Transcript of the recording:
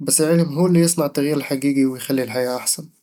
بس العلم هو اللي يصنع التغيير الحقيقي ويخلي الحياة أحسن